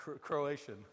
Croatian